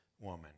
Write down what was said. woman